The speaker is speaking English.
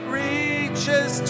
reaches